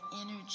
energy